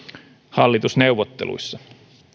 hallitusneuvotteluissa